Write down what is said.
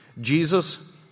Jesus